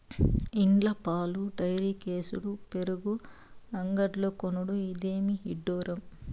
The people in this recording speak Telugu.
ఇండ్ల పాలు డైరీకేసుడు పెరుగు అంగడ్లో కొనుడు, ఇదేమి ఇడ్డూరం